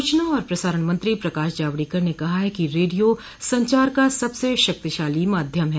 सूचना और प्रसारण मंत्री प्रकाश जावड़ेकर ने कहा है कि रेडियो संचार का सबसे शक्तिशाली माध्यम ह